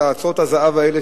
את אוצרות הזהב האלה,